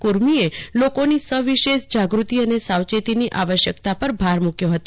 કુર્મીએ લોકોની સવિશેષ જાગૃતિ અને સાવચેતીની આવશ્યકતા પર ભાર મૂક્યો હતો